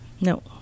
No